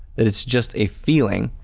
that it's just a feeling,